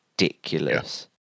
ridiculous